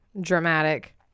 Dramatic